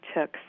took